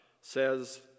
says